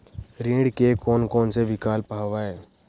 ऋण के कोन कोन से विकल्प हवय?